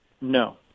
No